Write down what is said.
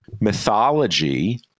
mythology